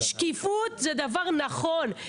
שקיפות זה דבר נכון.